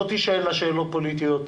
לא תישאלנה שאלות פוליטיות.